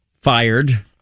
Fired